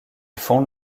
fonde